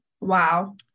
Wow